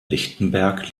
lichtenberg